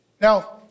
Now